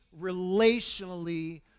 relationally